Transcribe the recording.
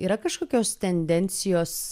yra kažkokios tendencijos